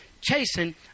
chasing